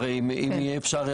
אם יהיה אפשר,